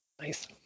Nice